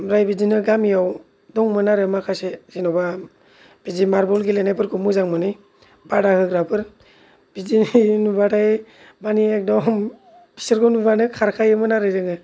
ओंफ्राय बिदिनो गामियाव दंमोन आरो माखासे जेन'बा मार्बल गेलेनायखौ मोजां मोनै बादा होग्राफोर बिदि नुबाथाय मानि एकदम बिसोरखौ नुबानो खारखायोमोन आरो जों